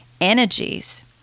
energies